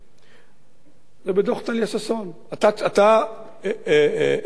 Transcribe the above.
זה בדוח טליה ששון, אתה ציינת אותו,